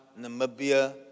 Namibia